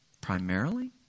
primarily